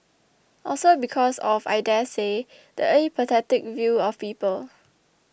also because of I daresay the apathetic view of people